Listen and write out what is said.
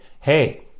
hey